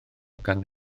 gan